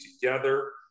together